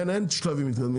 אין, אין שלבים מתקדמים.